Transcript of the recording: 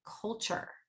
culture